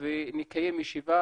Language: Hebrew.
ונקיים ישיבה,